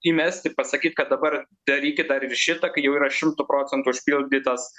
įmesti pasakyt kad dabar darykit dar ir šitą kai jau yra šimtu procentų užpildytas